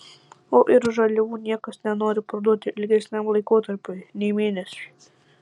o ir žaliavų niekas nenori parduoti ilgesniam laikotarpiui nei mėnesiui